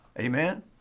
amen